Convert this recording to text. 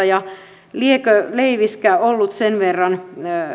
ja liekö leiviskä ollut sen verran